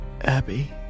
Abby